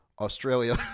Australia